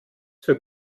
für